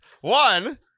One